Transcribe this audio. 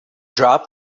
drop